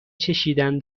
چشیدن